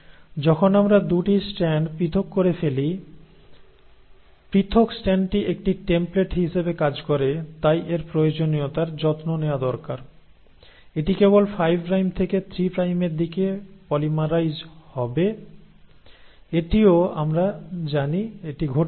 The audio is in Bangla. যখন আমরা 2 টি স্ট্যান্ড পৃথক করে ফেলি পৃথক স্ট্র্যান্ডটি একটি টেম্পলেট হিসাবে কাজ করে তাই এই প্রয়োজনীয়তার যত্ন নেওয়া দরকার এটি কেবল 5 প্রাইম থেকে 3 প্রাইমের দিকে পলিমারাইজ হবে এটিও আমরা জানি এটি ঘটেছিল